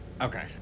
okay